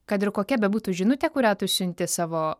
kad ir kokia bebūtų žinutė kurią tu išsiuntei savo